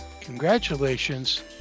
congratulations